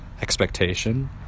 expectation